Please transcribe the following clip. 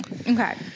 Okay